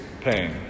pain